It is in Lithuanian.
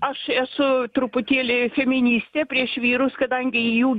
aš esu truputėlį feministė prieš vyrus kadangi jų